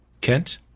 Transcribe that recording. Kent